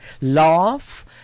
laugh